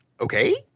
okay